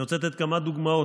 אני רוצה לתת כמה דוגמאות.